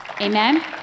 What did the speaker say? Amen